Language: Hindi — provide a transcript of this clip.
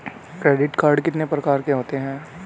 क्रेडिट कार्ड कितने प्रकार के होते हैं?